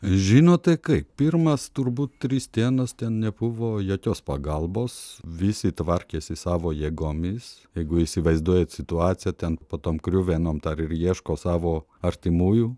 žinote kaip pirmas turbūt tris dienas ten nebuvo jokios pagalbos visi tvarkėsi savo jėgomis jeigu įsivaizduojat situaciją ten po tom griuvenom dar ir ieško savo artimųjų